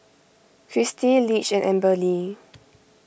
Kristi Lige and Amberly